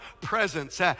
presence